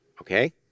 Okay